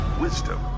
wisdom